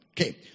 Okay